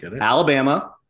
Alabama